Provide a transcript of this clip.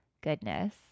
goodness